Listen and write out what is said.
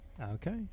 Okay